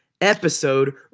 episode